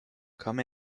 come